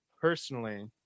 personally